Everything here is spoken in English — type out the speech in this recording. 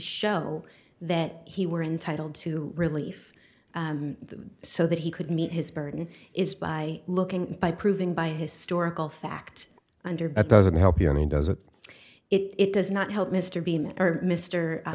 show that he were entitled to relief so that he could meet his burden is by looking by proving by historical fact under but doesn't help you any does it it does not help mr beam or mr